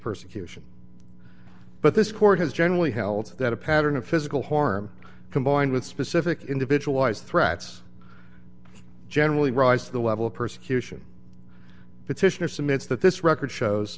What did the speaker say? persecution but this court has generally held that a pattern of physical harm combined with specific individual eyes threats generally rise to the level of persecution petitioner cements that this record shows